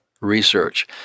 research